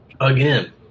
Again